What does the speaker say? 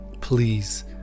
please